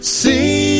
see